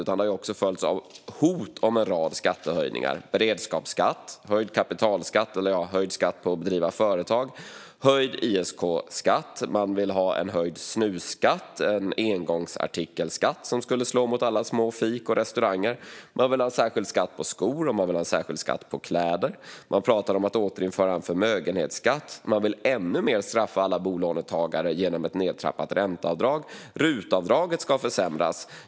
En rad nya skatter och skattehöjningar hotar: beredskapsskatt, höjd skatt på att driva företag, höjd ISK-skatt, höjd snusskatt, en engångsartikelskatt, som skulle slå mot alla små fik och restauranger, särskild skatt på skor och kläder och eventuellt återinförd förmögenhetsskatt. Dessutom vill man straffa alla bolånetagare ännu mer genom ett nedtrappat ränteavdrag. Även rutavdraget ska försämras.